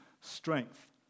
strength